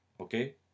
okay